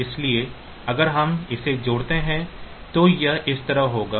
इसलिए अगर हम इसे जोड़ते हैं तो यह इस तरह होगा